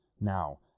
Now